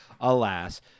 Alas